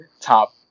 top